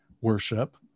worship